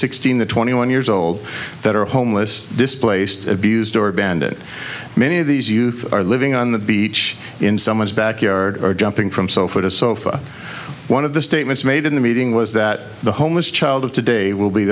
sixteen to twenty one years old that are homeless displaced abused or banned it many of these youth are living on the beach in someone's backyard or jumping from so what a sofa one of the statements made in the meeting was that the homeless child of today will be